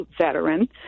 veteran